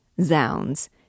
Zounds